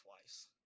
twice